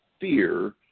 fear